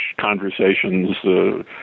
conversations